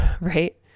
right